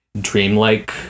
dreamlike